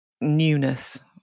newness